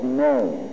known